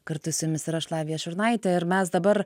kartu su jumis ir aš lavija šurnaitė ir mes dabar